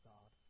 God